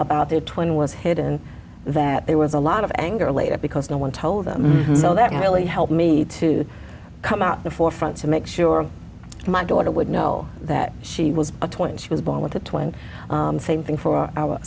about their twin was hidden that there was a lot of anger later because no one told them so that really helped me to come out the forefront to make sure my daughter would know that she was a point she was born with the twenty same thing for our